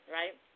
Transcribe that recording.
right